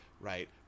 right